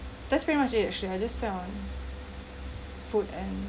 that pretty much it actually I just spent on food and